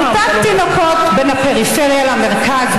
תמותת תינוקות בין הפריפריה למרכז,